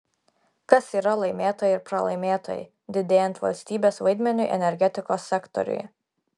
kas yra laimėtojai ir pralaimėtojai didėjant valstybės vaidmeniui energetikos sektoriuje